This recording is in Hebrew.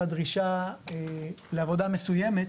הדרישה לעבודה מסוימת,